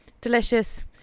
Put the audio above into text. delicious